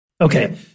Okay